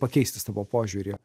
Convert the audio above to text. pakeisti savo požiūrį